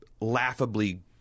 laughably